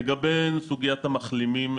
לגבי סוגיית המחלימים.